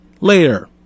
later